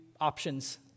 options